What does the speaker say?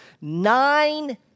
Nine